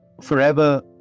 forever